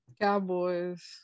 Cowboys